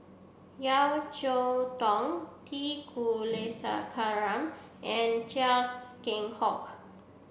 Yeo Cheow Tong T Kulasekaram and Chia Keng Hock